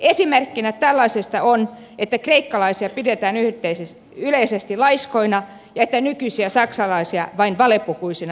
esimerkkinä tällaisista on että kreikkalaisia pidetään yleisesti laiskoina ja nykyisiä saksalaisia vain valepukuisina natseina